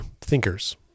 thinkers